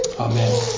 Amen